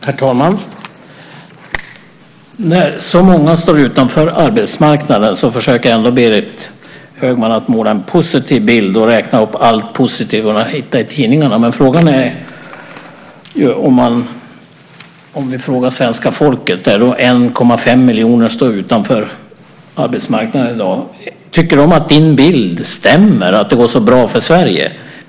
Herr talman! När så många står utanför arbetsmarknaden försöker ändå Berit Högman att måla en positiv bild och räknar upp allt positivt som hon har hittat i tidningarna. Men om vi frågar svenska folket - 1,5 miljoner står utanför arbetsmarknaden i dag - tycker de att din bild stämmer att det går så bra för Sverige?